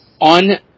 On